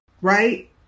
right